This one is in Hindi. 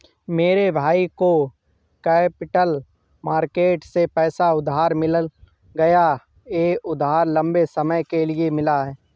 मेरे भाई को कैपिटल मार्केट से पैसा उधार मिल गया यह उधार लम्बे समय के लिए मिला है